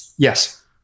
Yes